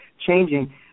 changing